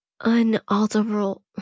unalterable